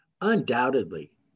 Undoubtedly